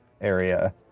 area